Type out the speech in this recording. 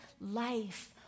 life